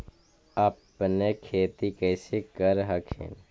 अपने खेती कैसे कर हखिन?